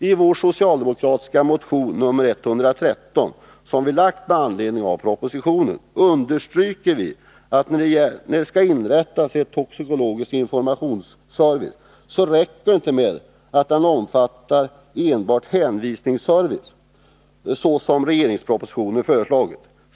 I vår socialdemokratiska motion nr 113, som vi lagt fram med anledning av propositionen, understryker vi att när det nu skall inrättas en toxikologisk informationsservice så räcker det inte med att den omfattar enbart hänvisningsservice, såsom regeringspropositionen föreslagit.